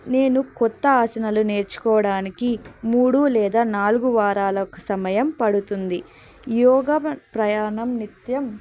నేను కొత్త ఆసనాలు నేర్చుకోవడానికి మూడు లేదా నాలుగు వారాల సమయం పడుతుంది యోగ ప్రయాణం నిత్యం